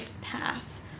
pass